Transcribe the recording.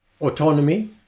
autonomy